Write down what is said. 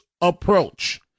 approach